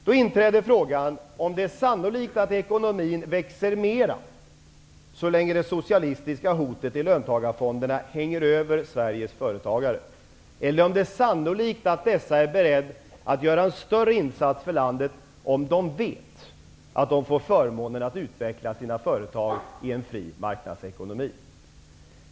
Då inträder frågan om det är sannolikt att ekonomin växer mera så länge det socialistiska hotet i löntagarfonderna hänger över Sveriges företagare, eller om det är sannolikt att dessa är beredda att göra en större insats för landet om det vet att de får förmånen att utveckla sina företag i en fri marknadsekonomi.